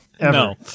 No